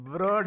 Bro